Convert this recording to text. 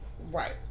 right